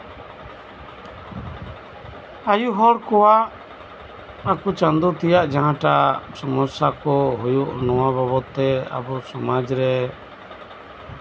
ᱟᱭᱩ ᱦᱚᱲ ᱠᱚᱣᱟᱜ ᱟᱠᱚ ᱪᱟᱸᱫᱚ ᱛᱮᱭᱟᱜ ᱡᱟᱦᱟᱸᱴᱟᱜ ᱥᱚᱢᱚᱥᱥᱟ ᱠᱚ ᱦᱩᱭᱩᱜ ᱱᱚᱣᱟ ᱵᱟᱵᱚᱛ ᱛᱮ ᱟᱵᱚᱣᱟᱜ ᱥᱚᱢᱟᱡ ᱨᱮ